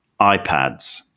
iPads